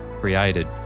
created